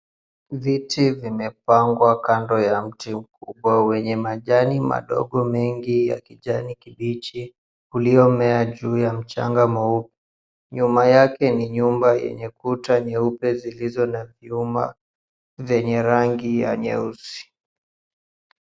Viti vimepangwa kando ya mti mkubwa wenye majani madogo mengi ya kijani kijichi, uliomea juu ya mchanga mweupe. Nyuma yake ni nyumba yenye kuta nyeupe, zilizo na vyuma vyenye rangi ya nyeusi.